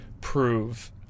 prove